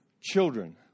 children